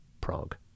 Prague